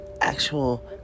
actual